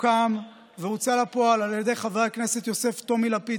הוקם והוצא לפועל על ידי חבר הכנסת יוסף טומי לפיד,